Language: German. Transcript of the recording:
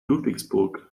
ludwigsburg